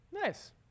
Nice